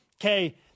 okay